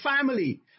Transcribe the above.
family